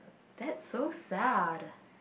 that's so sad